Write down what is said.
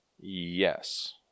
Yes